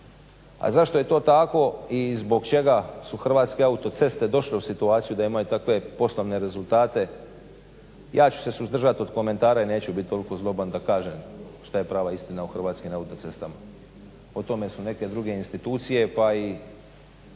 A zašto je tako i zbog čega su Hrvatske autoceste došle u situaciju da imaju takve poslovne rezultate? Ja ću se suzdržati od komentara i neću biti toliko zloban da kažem šta je prava istina o Hrvatskim autocestama. O tome su neke druge institucije pa i